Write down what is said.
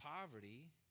poverty